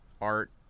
art